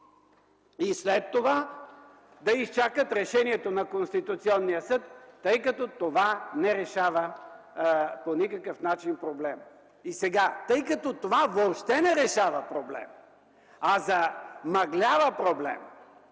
След това да изчакат решението на Конституционния съд, тъй като това не решава по никакъв начин проблема. Понеже това въобще не решава проблема, а замъглява,